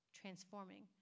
transforming